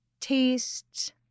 taste